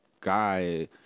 guy